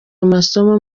amasomo